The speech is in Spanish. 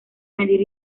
medir